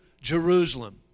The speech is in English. Jerusalem